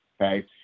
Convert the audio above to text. Okay